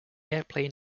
airplane